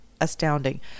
astounding